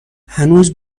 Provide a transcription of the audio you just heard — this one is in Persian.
هنوزم